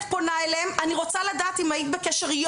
פונה אליהן: אני רוצה לדעת אם היית בקשר.